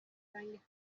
برای